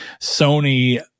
Sony